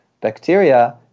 bacteria